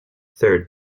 third